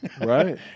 Right